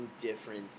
different